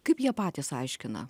kaip jie patys aiškina